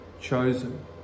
chosen